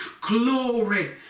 Glory